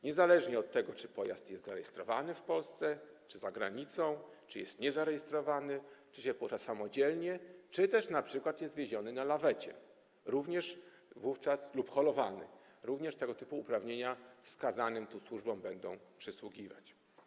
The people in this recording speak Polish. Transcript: Niezależnie od tego, czy pojazd jest zarejestrowany w Polsce, czy za granicą, czy jest niezarejestrowany, czy się porusza samodzielnie, czy też np. jest wieziony na lawecie lub holowany, również tego typu uprawnienia wskazanym tu służbom będą przysługiwać.